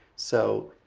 so,